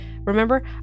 remember